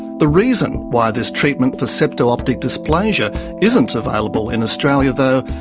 the reason why this treatment for septo-optic dysplasia isn't available in australia, though,